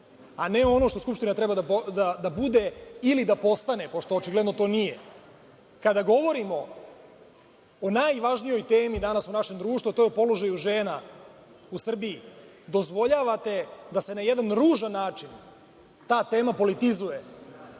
a ne ono što Skupština treba da bude ili da postane, pošto očigledno to nije. Kada govorimo o najvažnijoj temi danas u našem društvu, a to je o položaju žena u Srbiji, dozvoljavate da se na jedna ružan način ta tema politizuje